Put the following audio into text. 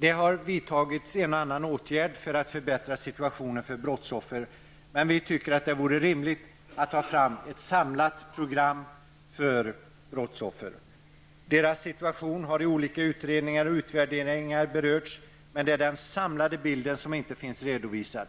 Det har vidtagits en och annan åtgärd för att förbättra situationen för brottsoffer, men vi tycker att det vore rimligt att ta fram ett samlat program för dem som råkat ut för brott. Deras situation har berörts i olika utredningar och utvärderingar, men någon samlad bild finns inte redovisad.